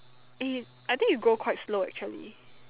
eh I think you grow quite slow actually